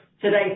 Today